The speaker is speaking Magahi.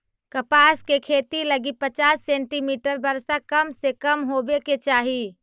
कपास के खेती लगी पचास सेंटीमीटर वर्षा कम से कम होवे के चाही